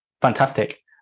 Fantastic